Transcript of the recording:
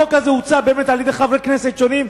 החוק הזה הוצע על-ידי חברי כנסת שונים,